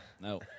No